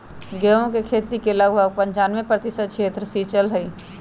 गेहूं के खेती के लगभग पंचानवे प्रतिशत क्षेत्र सींचल हई